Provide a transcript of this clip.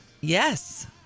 Yes